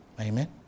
Amen